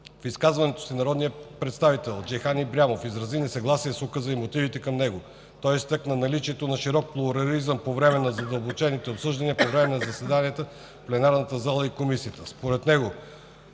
В изказването си народният представител Джейхан Ибрямов изрази несъгласие с Указа и мотивите към него. Той изтъкна наличието на широк плурализъм по време на задълбочените обсъждания по време на заседанията в пленарна зала и Комисията.